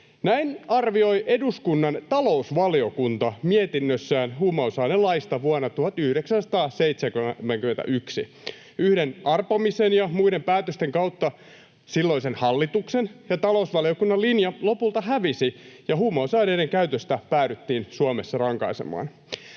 Näin arvioi eduskunnan talousvaliokunta mietinnössään huumausainelaista vuonna 1971. Yhden arpomisen ja muiden päätösten kautta silloisen hallituksen ja talousvaliokunnan linja lopulta hävisi, ja huumausaineiden käytöstä päädyttiin Suomessa rankaisemaan.